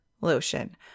lotion